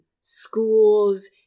schools